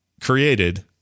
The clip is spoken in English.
created